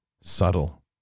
subtle